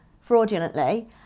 fraudulently